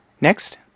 Next